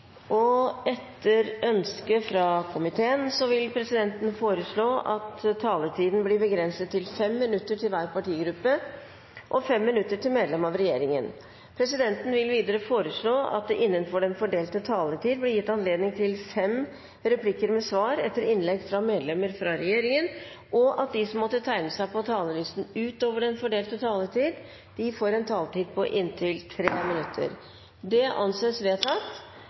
5. Etter ønske fra justiskomiteen vil presidenten foreslå at taletiden blir begrenset til 5 minutter til hver partigruppe og 5 minutter til medlem av regjeringen. Videre vil presidenten foreslå at det – innenfor den fordelte taletid – blir gitt anledning til fem replikker med svar etter innlegg fra medlemmer av regjeringen, og at de som måtte tegne seg på talerlisten utover den fordelte taletid, får en taletid på inntil 3 minutter. – Det anses vedtatt.